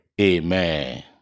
Amen